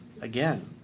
again